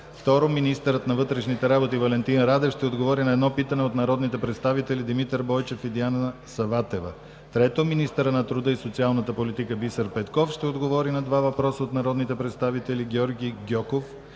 2. Министърът на вътрешните работи Валентин Радев ще отговори на едно питане от народните представители Димитър Бойчев и Диана Саватева. 3. Министърът на труда и социалната политика Бисер Петков ще отговори на два въпроса от народните представители Георги Гьоков